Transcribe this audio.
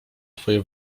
twoje